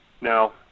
Now